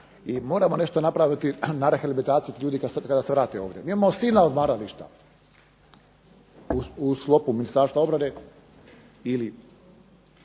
i moramo nešto napraviti na rehabilitaciji ljudi kada se vrate ovdje. MI imamo silna odmarališta u sklopu Ministarstva obrane ili